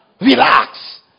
Relax